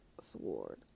sword